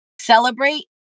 celebrate